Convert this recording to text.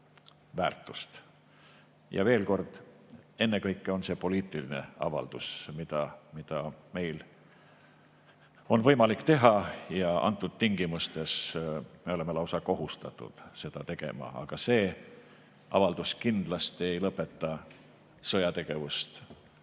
Veel kord: ennekõike on see poliitiline avaldus, mida meil on võimalik teha ja antud tingimustes me oleme lausa kohustatud seda tegema. Aga see avaldus kindlasti ei lõpeta sõjategevust